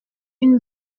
une